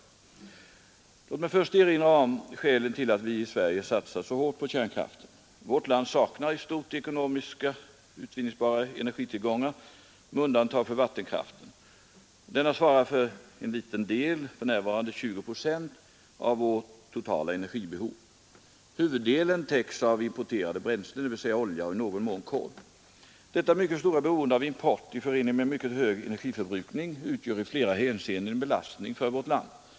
Låt mig först erinra om skälen till att vi i Sverige satsat så hårt på kärnkraften. Vårt land saknar i stort sett ekonomiskt utvinningsbara energitillgångar, med undantag för vattenkraften. Denna svarar endast för en liten del — för närvarande ca 20 procent — av vårt totala energibehov. Huvuddelen täcks av importerade bränslen, dvs. olja och i någon mån kol. Detta mycket stora beroende av import, i förening med en mycket hög energiförbrukning, utgör i flera hänseenden en belastning för vårt land.